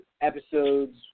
episodes